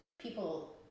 people